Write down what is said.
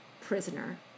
prisoner